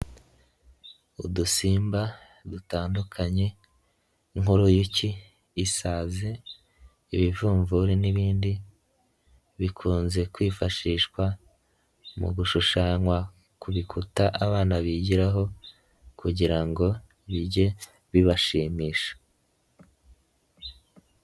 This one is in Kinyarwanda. Udusimba dutandukanye nk'uruyuki, isazi, ibivumvuri n'ibindi, bikunze kwifashishwa mu gushushanywa ku bikuta abana bigiraho kugira ngo bijye bibashimisha.